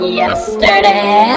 yesterday